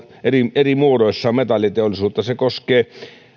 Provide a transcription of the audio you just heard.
eri muodoissaan se koskee